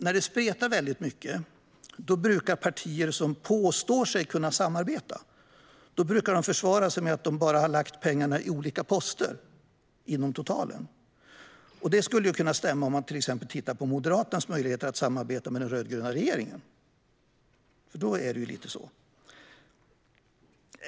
När det spretar väldigt mycket mellan partier som påstår sig kunna samarbeta brukar de försvara sig med att man bara lagt pengarna i olika poster inom totalen. Det skulle kunna stämma om man tittar på Moderaternas möjligheter att samarbeta med den rödgröna regeringen.